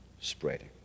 spreading